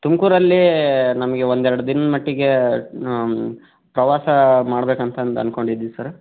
ತುಮಕೂರಲ್ಲಿ ನಮಗೆ ಒಂದೆರ್ಡು ದಿನ್ದ ಮಟ್ಟಿಗೆ ಪ್ರವಾಸ ಮಾಡ್ಬೇಕಂತಂದು ಅಂದ್ಕೊಂಡಿದ್ದೀವಿ ಸರ್